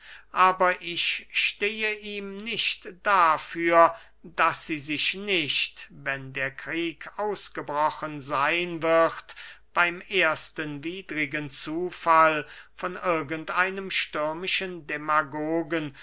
aber ich stehe ihm nicht dafür daß sie sich nicht wenn der krieg ausgebrochen seyn wird beym ersten widrigen zufall von irgend einem stürmischen demagogen